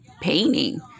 painting